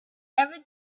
ever